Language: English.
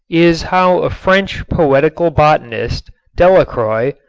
is how a french poetical botanist, delacroix,